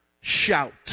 shout